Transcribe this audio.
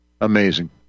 amazing